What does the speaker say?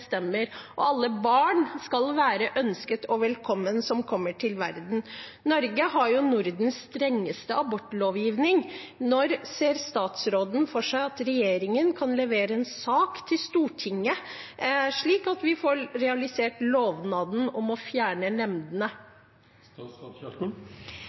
og alle barn som kommer til verden, skal være ønsket og velkommen. Norge har Nordens strengeste abortlovgivning. Når ser statsråden for seg at regjeringen kan levere en sak til Stortinget, slik at vi får realisert lovnaden om å fjerne